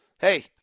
hey